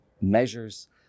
measures